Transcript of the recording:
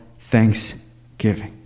thanksgiving